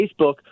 Facebook